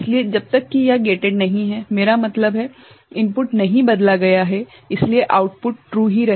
इसलिए जब तक कि यह गेटेड नहीं है मेरा मतलब है इनपुट नहीं बदला गया है इसलिए आउटपुट ट्रू ही रहेगा